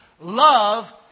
Love